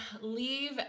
leave